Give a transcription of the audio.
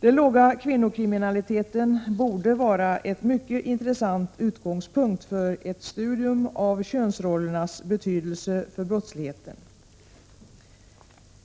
Den låga kvinnokriminaliteten borde vara en mycket intressant utgångspunkt för ett studium av könsrollernas betydelse för brottsligheten.